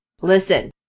listen